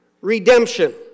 redemption